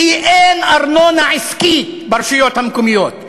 כי אין ארנונה עסקית ברשויות המקומיות.